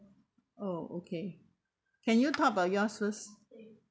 oh okay can you talk about yours first